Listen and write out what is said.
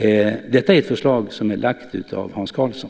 Detta är ett förslag som är framlagt av Hans Karlsson.